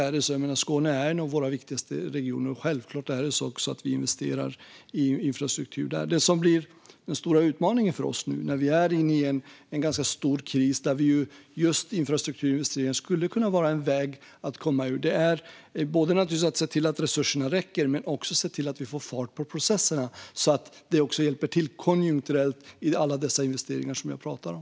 Skåne är en av våra viktigaste regioner, och vi investerar självklart i infrastruktur där. Det som blir den stora utmaningen för oss nu, när vi är inne i en ganska stor kris och där just infrastrukturinvesteringar skulle kunna vara en väg att komma ur detta, är både att se till att resurserna räcker och att se till att vi får fart på processerna. Så kan det också hjälpa till konjunkturellt i alla dessa investeringar som jag talar om.